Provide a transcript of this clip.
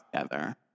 together